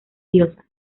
diosas